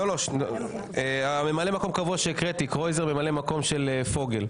לגבי ממלא מקום קבוע שהקראתי קרויזר ממלא מקום של פוגל.